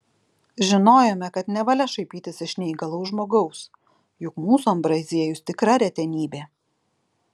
žinojome kad nevalia šaipytis iš neįgalaus žmogaus juk mūsų ambraziejus tikra retenybė